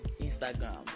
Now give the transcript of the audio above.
Instagram